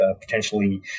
potentially